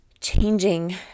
changing